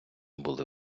були